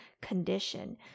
condition